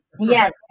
yes